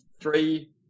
three